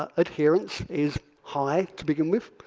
ah adherence is high to begin with.